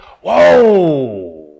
Whoa